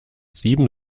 sieben